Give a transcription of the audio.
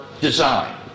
design